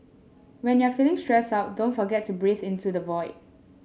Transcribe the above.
when you are feeling stressed out don't forget to breathe into the void